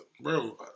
bro